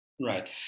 Right